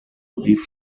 brief